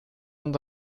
und